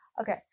Okay